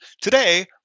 Today